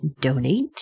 donate